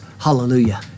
Hallelujah